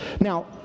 Now